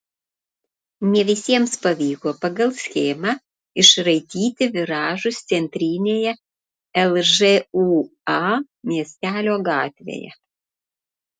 ne visiems pavyko pagal schemą išraityti viražus centrinėje lžūa miestelio gatvėje